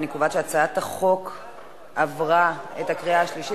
אני קובעת שהצעת החוק עברה בקריאה השלישית